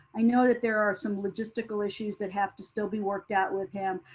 i know that there are some logistical issues that have to still be worked out with him.